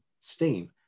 steam